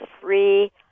free